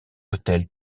hôtel